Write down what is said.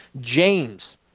James